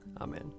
Amen